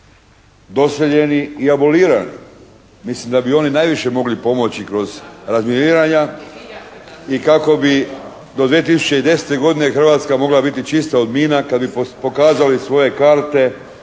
doseljeni i abolirani. Mislim da bi oni najviše mogli pomoći kroz razminiranja i kako bi do 2010. godine Hrvatska mogla biti čista od mina kad bi pokazali svoje karte